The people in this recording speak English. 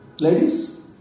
Ladies